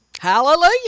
Hallelujah